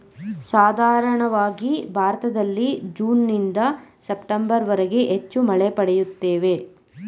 ಸಾಧಾರಣವಾಗಿ ಭಾರತದಲ್ಲಿ ಜೂನ್ನಿಂದ ಸೆಪ್ಟೆಂಬರ್ವರೆಗೆ ಹೆಚ್ಚು ಮಳೆ ಪಡೆಯುತ್ತೇವೆ